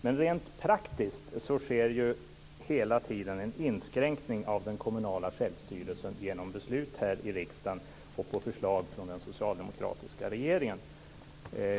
Men rent praktiskt sker hela tiden en inskränkning av den kommunala självstyrelsen genom beslut här i riksdagen på förslag från den socialdemokratiska regeringen.